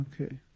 Okay